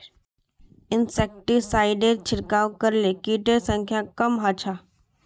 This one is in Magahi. इंसेक्टिसाइडेर छिड़काव करले किटेर संख्या कम ह छ